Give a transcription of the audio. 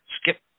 skip